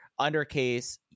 undercase